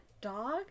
dog